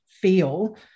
feel